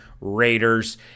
Raiders